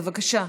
בבקשה.